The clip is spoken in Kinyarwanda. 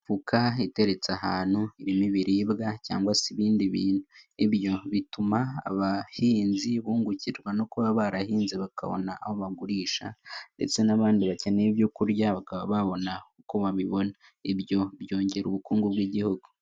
Imifuka iteretse ahantu irimo ibiribwa cyangwa se ibindi bintu, ibyo bituma abahinzi bungukirwa no kuba barahinze bakabona aho bagurisha ndetse n'abandi bakeneye ibyorya bakaba babona uko babibona ibyo byongera ubukungu bw'igihugu.